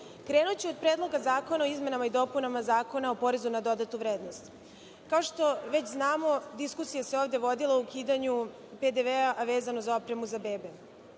od Predloga zakona o izmenama i dopunama Zakona o porezu na dodatu vrednost. Kao što već znamo, diskusija se ovde vodila o ukidanju PDV-a, a vezano za opremu za bebe.